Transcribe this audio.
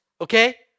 Okay